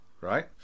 Right